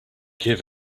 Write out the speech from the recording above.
give